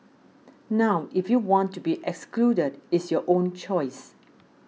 now if you want to be excluded it's your own choice